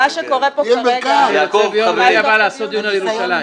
אני רוצה ביום רביעי הבא לקיים דיון על ירושלים.